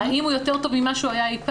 האם הוא יותר טוב ממה שהוא היה אי פעם?